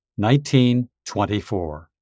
19.24